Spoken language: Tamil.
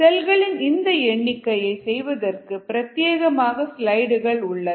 செல்களின் இந்த எண்ணிக்கையை செய்வதற்கு பிரத்தியேகமாக ஸ்லைடுகள் உள்ளன